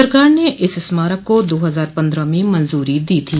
सरकार ने इस स्मारक को दो हजार पन्द्रह में मंजूरी दी थी